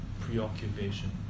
preoccupation